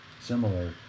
similar